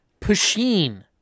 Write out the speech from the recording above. Pusheen